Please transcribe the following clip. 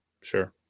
sure